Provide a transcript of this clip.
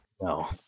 No